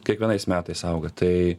kiekvienais metais auga tai